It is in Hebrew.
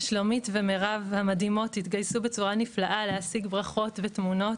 שלומית ומירב המדהימות התגייסו בצורה נפלאה להשיג ברכות ותמונות